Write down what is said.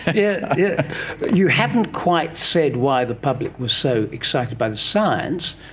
yeah yeah you haven't quite said why the public were so excited by the science.